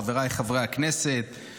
חבריי חברי הכנסת,